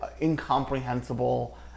incomprehensible